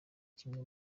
kimwe